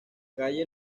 calle